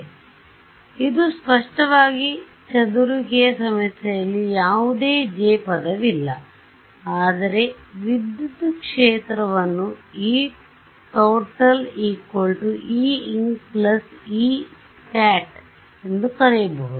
ಆದ್ದರಿಂದ ಇದು ಸ್ಪಷ್ಟವಾಗಿ ಚದುರುವಿಕೆಯ ಸಮಸ್ಯೆಯಲ್ಲಿ ಯಾವುದೇ J ಪದವಿಲ್ಲ ಆದರೆ ವಿದ್ಯುತ್ ಕ್ಷೇತ್ರವನ್ನು Etot Einc Escatಎಂದು ಬರೆಯಬಹುದು